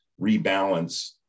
rebalance